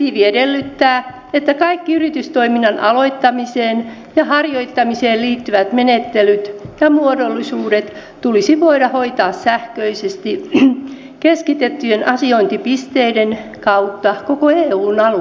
direktiivi edellyttää että kaikki yritystoiminnan aloittamiseen ja harjoittamiseen liittyvät menettelyt ja muodollisuudet tulisi voida hoitaa sähköisesti keskitettyjen asiointipisteiden kautta koko eun alueella